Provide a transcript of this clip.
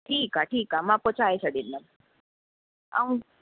ठीकु आहे ठीकु आहे मां पहुचाए छॾींदमि ऐं